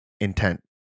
intent